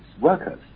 workers